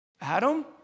Adam